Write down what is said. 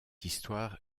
histoire